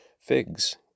figs